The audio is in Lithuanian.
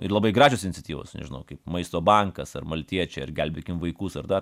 ir labai gražios iniciatyvos nežinau kaip maisto bankas ar maltiečiai ar gelbėkim vaikus ar dar